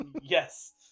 Yes